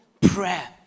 prayer